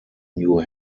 new